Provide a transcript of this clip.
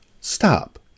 stop